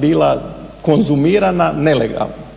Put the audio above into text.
bila konzumirana nelegalno.